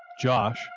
Josh